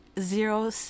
zero